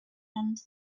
end